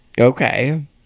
okay